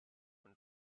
been